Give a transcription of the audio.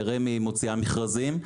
רמ"י מוציאה מכרזים,